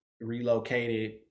relocated